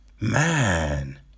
man